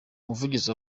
umuvugizi